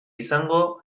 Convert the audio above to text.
izango